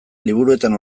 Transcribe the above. liburuetan